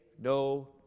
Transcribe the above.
no